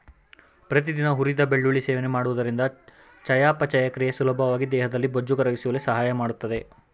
ಪ್ರತಿದಿನ ಹುರಿದ ಬೆಳ್ಳುಳ್ಳಿ ಸೇವನೆ ಮಾಡುವುದರಿಂದ ಚಯಾಪಚಯ ಕ್ರಿಯೆ ಸುಲಭವಾಗಿ ದೇಹದ ಬೊಜ್ಜು ಕರಗಿಸುವಲ್ಲಿ ಸಹಾಯ ಮಾಡ್ತದೆ